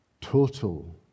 total